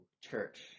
church